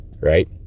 right